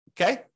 okay